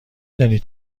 دانید